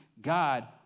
God